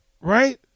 Right